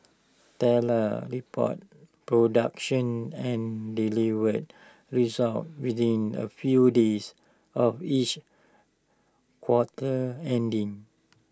reports production and delivered results within A few days of each quarter ending